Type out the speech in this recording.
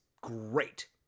great